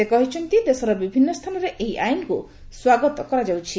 ସେ କହିଛନ୍ତି ଦେଶର ବିଭିନ୍ନ ସ୍ଥାନରେ ଏହି ଆଇନକୁ ସ୍ୱାଗତ କରାଯାଉଛି